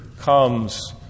comes